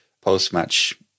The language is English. post-match